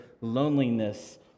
loneliness